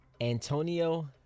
Antonio